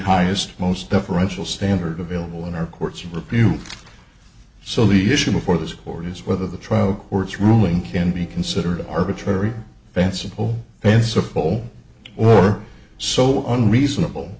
highest most deferential standard available in our courts review so the issue before this court is whether the trial court's ruling can be considered arbitrary ban simple principle or so on reasonable